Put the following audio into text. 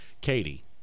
katie